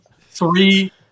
three –